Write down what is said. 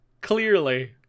Clearly